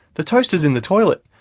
the toaster is in the toilet,